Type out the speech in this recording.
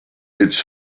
its